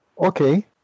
Okay